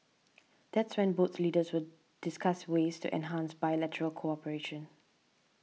that's when both leaders will discuss ways to enhance bilateral cooperation